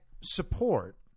support